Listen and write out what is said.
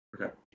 Okay